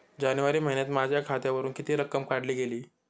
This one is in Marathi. जानेवारी महिन्यात माझ्या खात्यावरुन किती रक्कम काढली गेली?